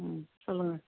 ம் சொல்லுங்கள்